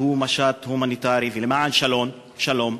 שהוא משט הומניטרי ולמען שלום,